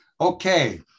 Okay